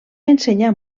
ensenyar